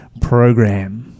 program